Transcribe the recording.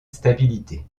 stabilité